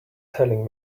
telling